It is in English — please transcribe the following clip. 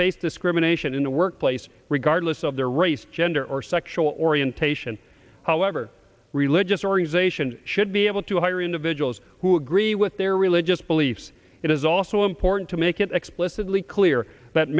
face this grim anation in the workplace regardless of their race gender or sexual orientation however religious organizations should be able to hire individuals who agree with their religious beliefs it is also important to make it explicitly clear